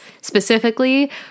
specifically